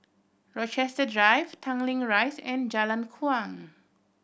Rochester Drive Tanglin Rise and Jalan Kuang